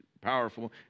powerful